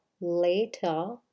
later